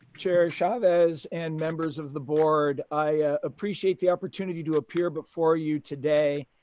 chair chavez and members of the board. i appreciate the opportunity to appear before you today.